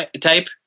type